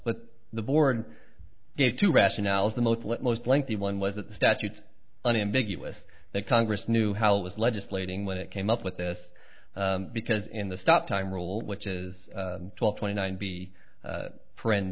but the board gave two rationales the mostly most lengthy one was that the statutes unambiguous that congress knew how it was legislating when it came up with this because in the stop time rule which is twelve twenty nine be friend